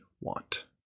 want